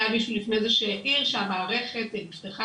היה מישהו לפני זה שהעיר שהמערכת נפתחה